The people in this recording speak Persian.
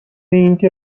اینکه